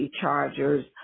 chargers